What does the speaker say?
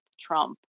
Trump